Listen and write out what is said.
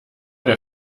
der